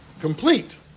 complete